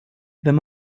wenn